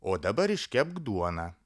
o dabar iškepk duoną